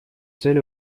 цели